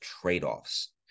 trade-offs